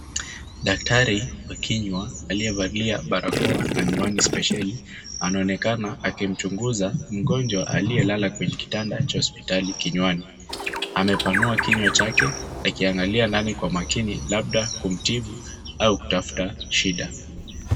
Daktari wa kinywa aliyevalia barakoa na miwani spesheli anaonekana akimchunguza mgonjwa aliyelala kwenye kitanda cha hospitali kinywani. Amepanua kinywa chake akiangalia ndani kwa makini labda kumtibu au kutafuta shida.